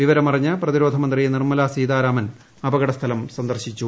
വിവരമറിഞ്ഞ് പ്രതിരോധ മന്ത്രി നിർമ്മല സീതാരാമൻ അപകട സ്ഥലം സന്ദർശിച്ചു